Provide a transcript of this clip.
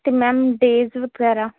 ਤੇ ma'am days ਵਗੈਰਾ